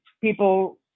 people